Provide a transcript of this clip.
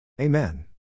Amen